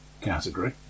category